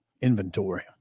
Inventory